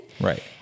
Right